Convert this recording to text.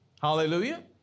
hallelujah